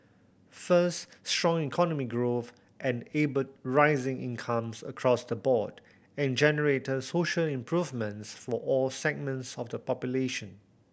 first strong economic growth and able rising incomes across the board and generated social improvements for all segments of the population